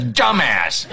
dumbass